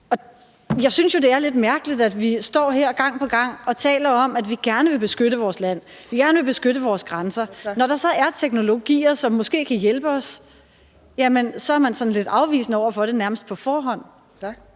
Jeg synes jo, det er lidt mærkeligt, at vi står her gang på gang og taler om, at vi gerne vil beskytte vores land, at vi gerne vil beskytte vores grænser, og når der så er teknologier, som måske kan hjælpe os, er man sådan lidt afvisende over for det nærmest på forhånd.